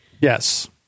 Yes